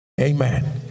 Amen